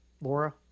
Laura